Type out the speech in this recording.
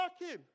working